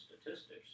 statistics